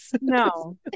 no